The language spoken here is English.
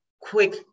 quick